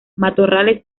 matorrales